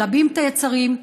מלבים את היצרים,